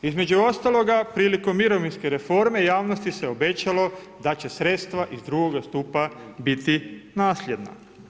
Između ostaloga, prilikom mirovinske reforme javnosti se obećalo da će sredstva iz drugoga stupa biti nasljedna.